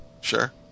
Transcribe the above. Sure